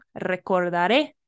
recordaré